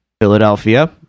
Philadelphia